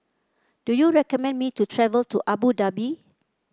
do you recommend me to travel to Abu Dhabi